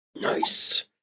Nice